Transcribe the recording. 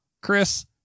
Chris